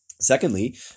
Secondly